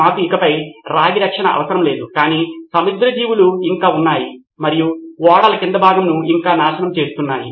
మాకు ఇకపై రాగి రక్షణ అవసరం లేదు కాని సముద్ర జీవులు ఇంకా ఉన్నాయి మరియు ఓడల క్రింద భాగంను ఇంకా నాశనం చేస్తున్నాయి